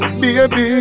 baby